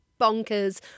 bonkers